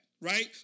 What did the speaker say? right